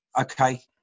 okay